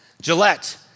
Gillette